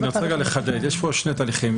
אני רוצה רגע לחדד, יש פה שני תהליכים.